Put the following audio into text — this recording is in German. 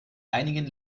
einigen